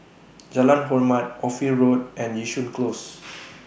Jalan Hormat Ophir Road and Yishun Close